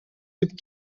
tip